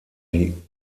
die